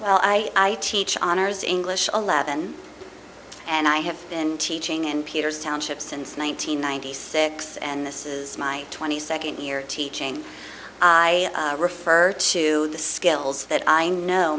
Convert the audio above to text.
well i teach honors english eleven and i have been teaching and peter's township since one nine hundred ninety six and this is my twenty second year teaching i refer to the skills that i know